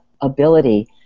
ability